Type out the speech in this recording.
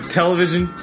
television